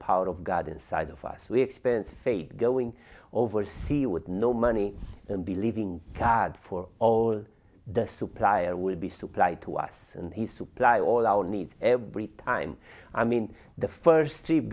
power of god inside of us we experience faith going oversea with no money and believing in god for all the supplier will be supplied to us and he supply all our needs everytime i mean the first three